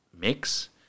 mix